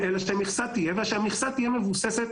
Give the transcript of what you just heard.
המכסה שדרשנו, תהיה מבוססת